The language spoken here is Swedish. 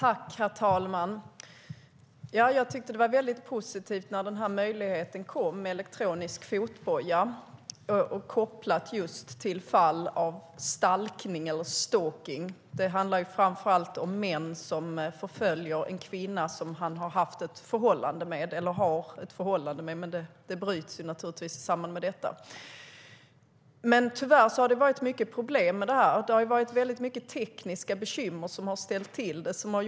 Herr talman! Jag tyckte att det var positivt när möjligheten med elektronisk fotboja kom, kopplat just till fall av stalkning - det handlar framför allt om en man som förföljer en kvinna som han har eller snarare har haft ett förhållande med eftersom det naturligtvis bryts i samband med detta. Tyvärr har det varit många problem med det här. Många tekniska bekymmer har ställt till det.